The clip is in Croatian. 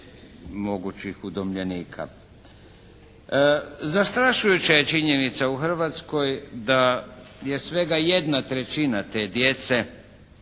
mogućih udomljenika. Zastrašujuća je činjenica u Hrvatskoj da je svega jedna trećina te djece